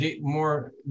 more